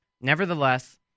Nevertheless